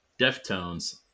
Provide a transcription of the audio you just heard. Deftones